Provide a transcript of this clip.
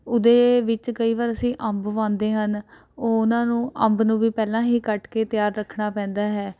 ਉਹਦੇ ਵਿੱਚ ਕਈ ਵਾਰ ਅਸੀਂ ਅੰਬ ਪਾਉਂਦੇ ਹਨ ਉਹਨਾਂ ਨੂੰ ਅੰਬ ਨੂੰ ਵੀ ਪਹਿਲਾਂ ਹੀ ਕੱਟ ਕੇ ਤਿਆਰ ਰੱਖਣਾ ਪੈਂਦਾ ਹੈ